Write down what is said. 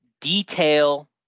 Detail